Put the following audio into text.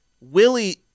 willie